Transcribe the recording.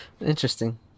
Interesting